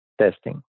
testing